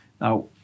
Now